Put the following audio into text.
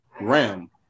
RAM